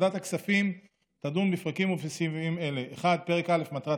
ועדת הכספים תדון בפרקים ובסעיפים אלה: 1. פרק א' (מטרת